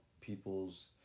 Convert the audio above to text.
people's